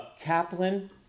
Kaplan